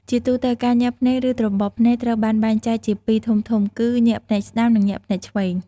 ជាទូទៅ ការញាក់ភ្នែក ឬត្របកភ្នែកត្រូវបានបែងចែកជាពីរធំៗ គឺ ញាក់ភ្នែកស្តាំ និងញាក់ភ្នែកឆ្វេង។